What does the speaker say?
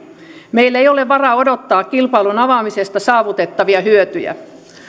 meillä ei ole varaa odottaa kilpailun avaamisesta saavutettavia hyötyjä